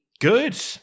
good